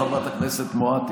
חברת הכנסת מואטי,